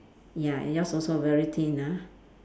ya and yours also very thin ah